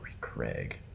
Craig